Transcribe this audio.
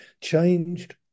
changed